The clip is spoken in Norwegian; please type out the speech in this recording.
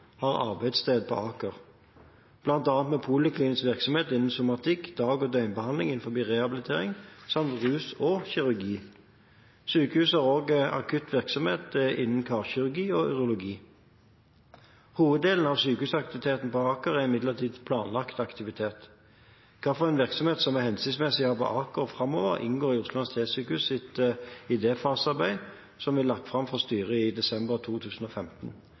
har arbeidssted på Aker, bl.a. med poliklinisk virksomhet innen somatikk, dag- og døgnbehandling innen rehabilitering samt rusbehandling og kirurgi. Sykehuset har også akutt virksomhet innen karkirurgi og urologi. Hoveddelen av sykehusaktiviteten på Aker er imidlertid planlagt aktivitet. Hvilken virksomhet som er hensiktsmessig å ha på Aker framover, inngår i Oslo universitetssykehus’ idéfasearbeid, som blir lagt fram for styret i desember 2015.